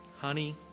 honey